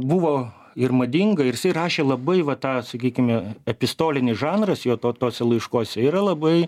buvo ir madinga ir jisai rašė labai va tą sakykime epistolinis žanras jo tuose laiškuose yra labai